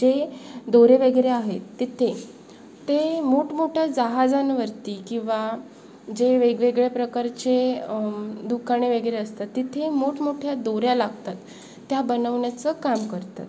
जे दोरे वगैरे आहेत तिथे ते मोठमोठ्या जहाजांवरती किंवा जे वेगवेगळ्या प्रकारचे दुकाने वगैरे असतात तिथे मोठमोठ्या दोऱ्या लागतात त्या बनवण्याचं काम करतात